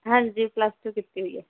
ਹਾਂਜੀ plus two ਕੀਤੀ ਹੋਈ ਹੈ